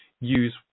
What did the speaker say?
use